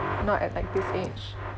not at like this age